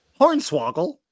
Hornswoggle